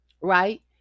right